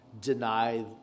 deny